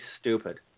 stupid